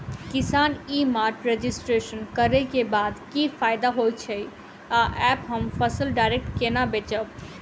किसान e mart registration करै केँ बाद की फायदा होइ छै आ ऐप हम फसल डायरेक्ट केना बेचब?